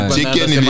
Chicken